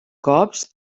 cops